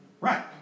Right